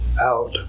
out